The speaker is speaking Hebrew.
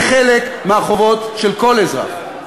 זה חלק מהחובות של כל אזרח.